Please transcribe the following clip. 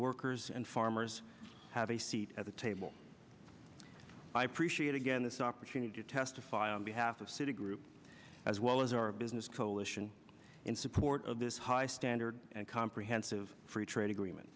workers and farmers have a seat at the table i appreciate again this opportunity to testify on behalf of citigroup as well as our business coalition in support of this high standard and comprehensive free trade agreement